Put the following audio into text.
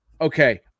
Okay